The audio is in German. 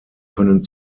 können